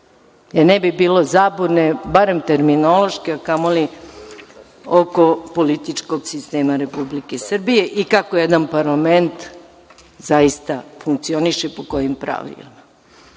da ne bi bilo zabune, barem terminološke, a kamoli oko političkog sistema Republike Srbije i kako jedan parlament zaista funkcioniše, po kojim pravilima.